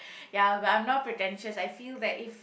ya but I'm not pretentious I feel that if